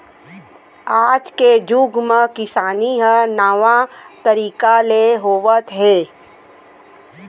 आज के जुग म किसानी ह नावा तरीका ले होवत हे